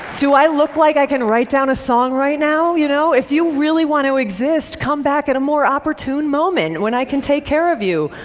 do i look like i can write down a song right now? you know if you really want to exist, come back at a more opportune moment when i can take care of you.